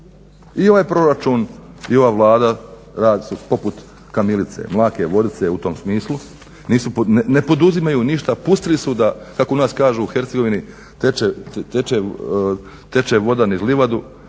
I ovaj proračun i ova Vlada rad su poput kamilice, mlake vodice u tom smislu, ne poduzimaju ništa, pustili su da kako u nas kažu u Hercegovini teče voda niz livadu,